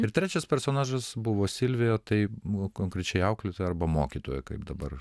ir trečias personažas buvo silvija tai buvo konkrečiai auklėtoja arba mokytoja kaip dabar